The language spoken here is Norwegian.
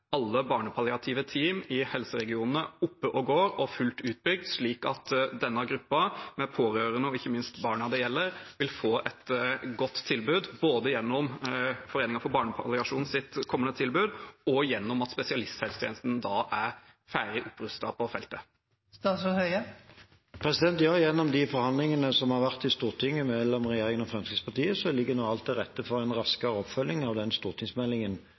alle barnepalliative team i helseregionene oppe og går og fullt utbygd, slik at denne gruppen med pårørende og ikke minst barna det gjelder, vil få et godt tilbud både gjennom Foreningen for barnepalliasjons kommende tilbud og gjennom at spesialisthelsetjenesten er ferdig rustet på feltet? Ja, gjennom de forhandlingene som har vært i Stortinget mellom regjeringen og Fremskrittspartiet, ligger nå alt til rette for en raskere oppfølging av den stortingsmeldingen